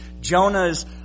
Jonah's